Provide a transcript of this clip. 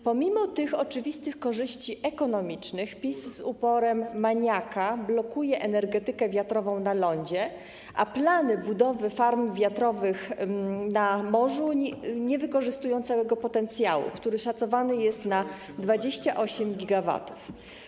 Pomimo tych oczywistych korzyści ekonomicznych PiS z uporem maniaka blokuje rozwój energetyki wiatrowej na lądzie, a plany budowy farm wiatrowych na morzu nie wykorzystują całego potencjału, który szacowany jest na 28 GW.